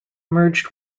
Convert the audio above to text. merged